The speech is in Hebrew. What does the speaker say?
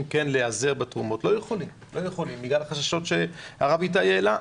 להיעזר בתרומות לא יכולים בגלל החששות שהרב איתי העלה.